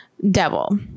Devil